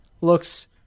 looks